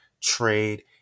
trade